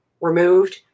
removed